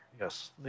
Yes